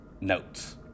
notes